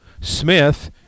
Smith